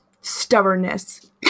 stubbornness